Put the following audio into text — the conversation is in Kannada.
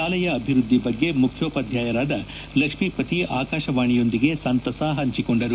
ಶಾಲೆಯ ಅಭಿವೃದ್ಧಿ ಬಗ್ಗೆ ಮುಖ್ಯೋಪಾಧ್ಯಾಯರಾದ ಲಕ್ಷ್ಮೀಪತಿ ಆಕಾಶವಾಣಿಯೊಂದಿಗೆ ಸಂತಸ ಪಂಚಿಕೊಂಡರು